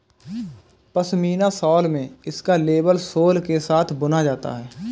pashmina shawl में इसका label सोल के साथ बुना जाता है